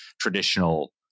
traditional